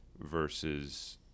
versus –